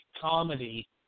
comedy